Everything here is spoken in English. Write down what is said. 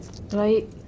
Right